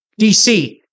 DC